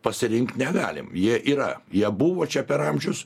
pasirinkt negalim jie yra jie buvo čia per amžius